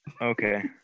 Okay